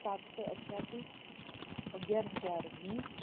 સાતસો અઠ્યાસી અગિયાર હજાર વીસ